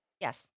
Yes